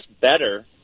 better